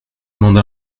demande